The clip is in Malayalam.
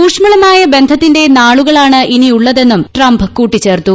ഊഷ്മളമായ ബന്ധത്തിന്റെ നാളുകളാണ് ഇനിയുള്ളതെന്നും ട്രംപ് കൂട്ടിച്ചേർത്തു